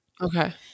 okay